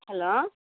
hello